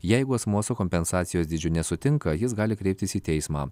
jeigu asmuo su kompensacijos dydžiu nesutinka jis gali kreiptis į teismą